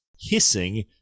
hissing